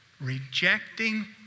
Rejecting